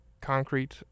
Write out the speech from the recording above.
concrete